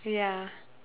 ya